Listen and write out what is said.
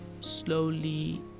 slowly